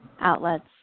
outlets